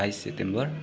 बाइस सेप्टेम्बर